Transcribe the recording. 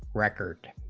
record